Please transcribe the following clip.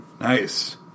Nice